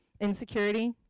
Insecurity